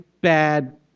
bad